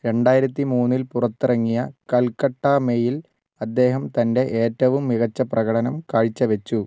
രണ്ടായിരത്തി മൂന്നിൽ പുറത്തിറങ്ങിയ കൽക്കട്ട മെയിൽ അദ്ദേഹം തൻ്റെ ഏറ്റവും മികച്ച പ്രകടനം കാഴ്ചവച്ചു